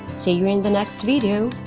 see you in the next video.